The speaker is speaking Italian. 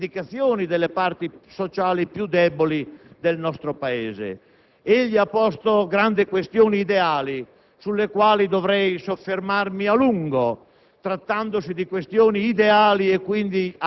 conquiste, sulle impostazioni, sulle rivendicazioni delle parti sociali più deboli del Paese. Egli ha posto grandi questioni ideali sulle quali dovrei soffermarmi a lungo,